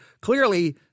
clearly